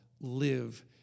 live